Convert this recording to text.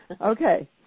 Okay